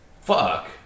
Fuck